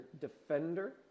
defender